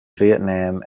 vietnam